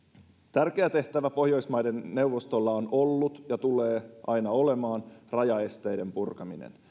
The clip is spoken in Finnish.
tärkeä tehtävä pohjoismaiden neuvostolla on ollut ja tulee aina olemaan rajaesteiden purkaminen